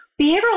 Behavioral